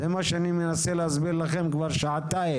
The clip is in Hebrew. זה מה שאני מנסה להסביר לכם כבר שעתיים.